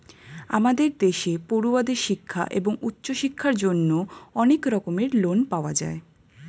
আমাদের দেশে পড়ুয়াদের শিক্ষা এবং উচ্চশিক্ষার জন্য অনেক রকমের লোন পাওয়া যায়